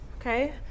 Okay